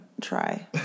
try